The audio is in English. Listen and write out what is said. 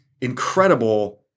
incredible